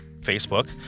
Facebook